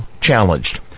challenged